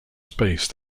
space